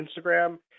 Instagram